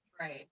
Right